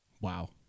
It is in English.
Wow